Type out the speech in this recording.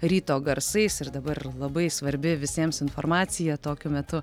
ryto garsais ir dabar labai svarbi visiems informacija tokiu metu